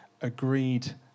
agreed